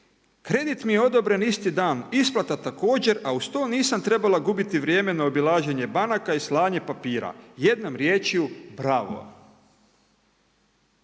kredit mi je odobren isti dan, isplata također, a uz to nisam trebala gubiti vrijeme na obilaženje banaka i slanje papira. Jednom riječju bravo.